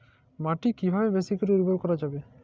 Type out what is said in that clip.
মাটি কিভাবে বেশী করে উর্বর করা যাবে?